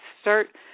start